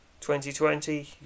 2020